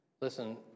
Listen